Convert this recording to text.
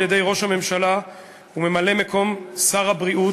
על-ידי ראש הממשלה וממלא-מקום שר הבריאות,